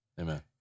Amen